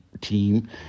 team